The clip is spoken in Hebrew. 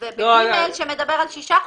ב-(ג) שמדבר על שישה חודשים,